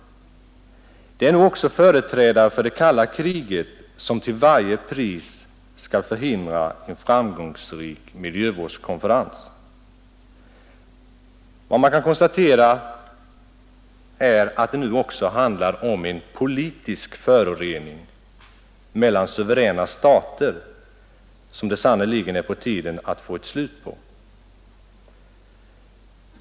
Det är nu företrädare för det kalla kriget som till varje pris skall förhindra en framgångsrik miljövårdskonferens. Man kan konstatera att det här också handlar om en politisk förorening mellan suveräna stater som det sannerligen är på tiden att få ett slut på.